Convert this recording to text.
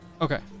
okay